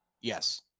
Yes